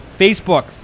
Facebook